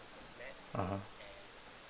mmhmm